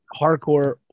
hardcore